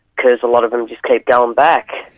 because a lot of them just keep going back.